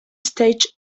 stage